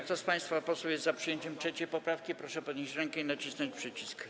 Kto z państwa posłów jest za przyjęciem 3. poprawki, proszę podnieść rękę i nacisnąć przycisk.